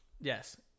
Yes